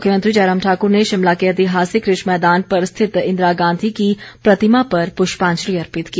मुख्यमंत्री जयराम ठाकुर ने शिमला के ऐतिहासिक रिज मैदान पर स्थित इंदिरा गांधी की प्रतिमा पर पुष्पांजलि अर्पित की